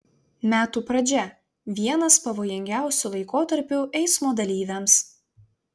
metų pradžia vienas pavojingiausių laikotarpių eismo dalyviams